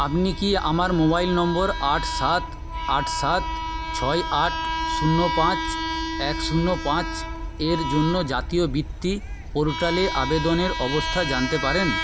আপনি কি আমার মোবাইল নম্বর আট সাত আট সাত ছয় আট শূন্য পাঁচ এক শূন্য পাঁচ এর জন্য জাতীয় বৃত্তি পোর্টালে আবেদনের অবস্থা জানতে পারেন